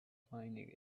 finding